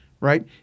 right